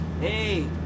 Hey